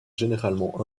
généralement